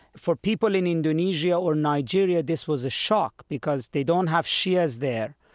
for people in indonesia or nigeria, this was a shock because they don't have shias there.